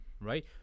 right